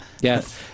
Yes